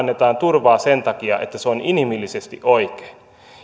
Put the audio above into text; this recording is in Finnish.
annetaan turvaa sen takia että se on inhimillisesti oikein